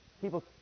People